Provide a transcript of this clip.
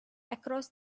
across